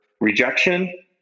rejection